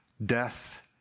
Death